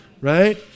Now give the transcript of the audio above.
Right